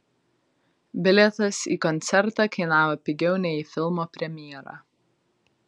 bilietas į koncertą kainavo pigiau nei į filmo premjerą